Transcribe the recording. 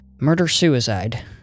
murder-suicide